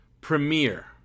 premiere